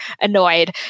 annoyed